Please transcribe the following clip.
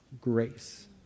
Grace